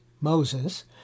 Moses